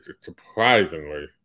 surprisingly